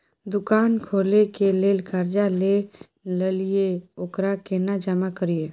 दुकान खोले के लेल कर्जा जे ललिए ओकरा केना जमा करिए?